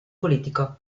politico